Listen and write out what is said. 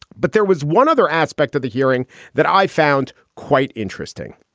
but there was one other aspect of the hearing that i found quite interesting.